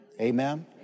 Amen